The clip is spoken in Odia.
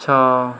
ଛଅ